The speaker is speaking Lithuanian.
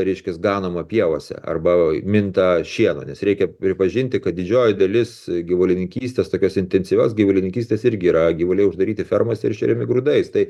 reiškias ganoma pievose arba minta šienu nes reikia pripažinti kad didžioji dalis gyvulininkystės tokios intensyvios gyvulininkystės irgi yra gyvuliai uždaryti fermose ir šeriami grūdais tai